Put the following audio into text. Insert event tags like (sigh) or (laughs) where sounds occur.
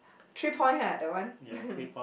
three point ha that one (laughs)